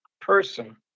person